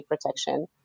protection